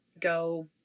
go